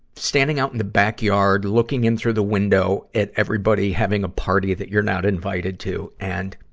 standing out in the backyard, looking in through the window at everybody having a party that you're not invited to, and,